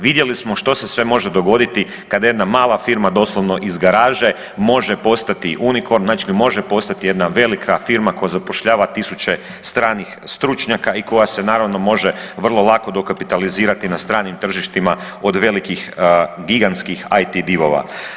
Vidjeli smo što se sve može dogoditi kada jedna mala firma doslovno iz garaže može postati unicorn, znači može postati jedna velika firma koja zapošljava tisuće stranih stručnjaka i koja se naravno može vrlo lako dokapitalizirati na stranim tržištima od velikih gigantskih IT divova.